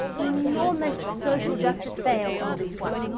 enormous social justice fail on this one.